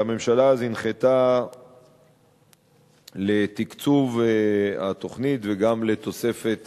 והממשלה אז הנחתה לתקצוב התוכנית וגם לתוספת